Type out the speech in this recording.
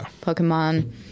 Pokemon